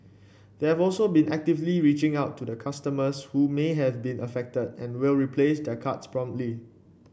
they have also been actively reaching out to customers who may have been affected and will replace their cards promptly